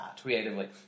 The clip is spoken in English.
creatively